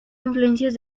influencias